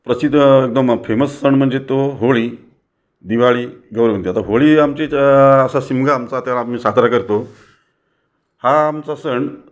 प्रसिद्ध एकदम फेमस सण म्हणजे तो होळी दिवाळी दोनच आहेत होळी आमची तर असा शिमगा आमचा तर आम्ही साजरा करतो हा आमचा सण